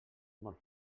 molt